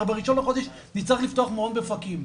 הרי ב-1 לחודש נצטרך לפתוח מעון באופקים,